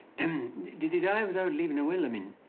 and did he die without leaving a will, i mean?